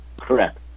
correct